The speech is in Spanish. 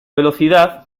velocidad